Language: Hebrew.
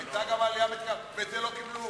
היתה גם עלייה, ואת זה לא קיבלו.